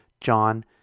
John